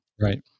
Right